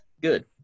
good